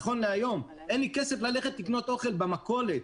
נכון להיום אין לי כסף לקנות אוכל במכולת.